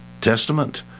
Testament